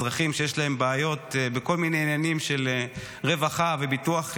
אזרחים שיש להם בעיות בכל מיני עניינים של רווחה וביטוח לאומי,